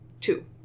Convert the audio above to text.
Two